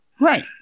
Right